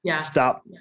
stop